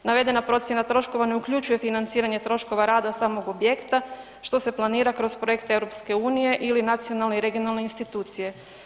Navedena procjena troškova ne uključuje financiranje troškova rada samog objekta što se planira kroz projekt Europske unije ili nacionalne i regionalne institucije.